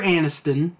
Aniston